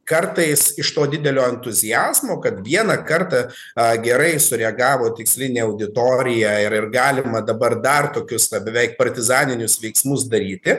kartais iš to didelio entuziazmo kad vieną kartą a gerai sureagavo tikslinė auditorija ir ir galima dabar dar tokius beveik partizaninius veiksmus daryti